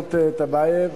רוברט טיבייב,